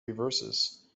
reverses